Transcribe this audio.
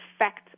effect